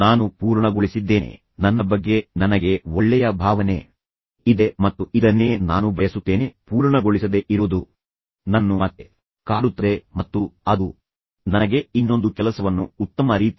ನಾನು ಪೂರ್ಣಗೊಳಿಸಿದ್ದೇನೆ ನನ್ನ ಬಗ್ಗೆ ನನಗೆ ಒಳ್ಳೆಯ ಭಾವನೆ ಇದೆ ಮತ್ತು ಇದನ್ನೇ ನಾನು ಬಯಸುತ್ತೇನೆ ಪೂರ್ಣಗೊಳಿಸದೆ ಇರೋದು ನನ್ನನ್ನು ಮತ್ತೆ ಕಾಡುತ್ತದೆ ಮತ್ತು ಅದು ನನಗೆ ಇನ್ನೊಂದು ಕೆಲಸವನ್ನು ಉತ್ತಮ ರೀತಿಯಲ್ಲಿ